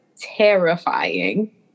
terrifying